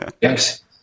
Yes